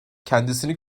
kendisini